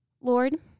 Lord